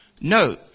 no